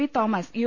V Thomas U